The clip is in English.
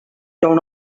town